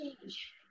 change